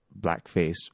blackface